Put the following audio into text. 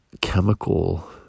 chemical